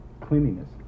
cleanliness